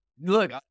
Look